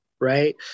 right